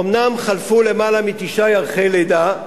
אומנם חלפו למעלה מתשעה ירחי לידה,